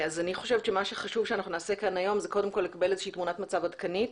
אני חושבת שמה שחשוב שנעשה כאן היום זה קודם כל לקבל תמונת מצב עדכנית